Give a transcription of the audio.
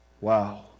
Wow